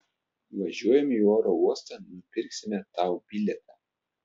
važiuojam į oro uostą nupirksime tau bilietą